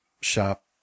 shop